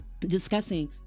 discussing